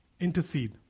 intercede